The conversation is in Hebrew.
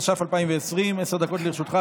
התש"ף 2020. עשר דקות לרשותך,